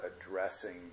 addressing